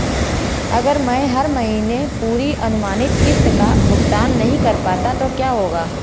अगर मैं हर महीने पूरी अनुमानित किश्त का भुगतान नहीं कर पाता तो क्या होगा?